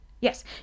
Yes